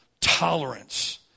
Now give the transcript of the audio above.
tolerance